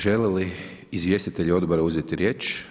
Želi li izvjestitelj Odbora uzeti riječ?